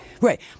Right